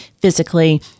physically